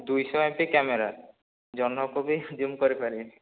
ଦୁଇଶ MP camera ଜହ୍ନକୁ ବି ଜୁମ୍ କରିପାରିବେ